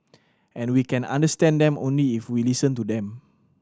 and we can understand them only if we listen to them